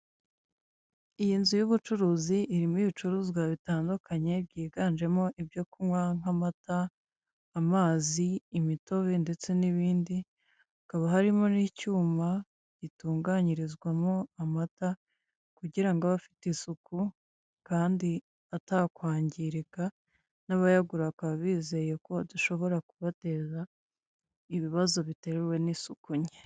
Iyi nzu y'ubucuruzi irimo ibicuruzwa bitandukanye byiganjemo ibyo kunywa nk'amata, amazi, imitobe ndetse n'ibindi hakaba harimo n'icyuma gitunganyirizwamo amata kugira ngo abe afite isuku kandi atakwangirika n'abayagura bakaba bizeye ko adashobora kubateza ibibazo biterwa n'isuku nke.